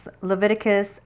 Leviticus